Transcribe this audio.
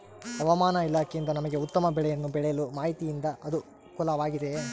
ಹವಮಾನ ಇಲಾಖೆಯಿಂದ ನಮಗೆ ಉತ್ತಮ ಬೆಳೆಯನ್ನು ಬೆಳೆಯಲು ಮಾಹಿತಿಯಿಂದ ಅನುಕೂಲವಾಗಿದೆಯೆ?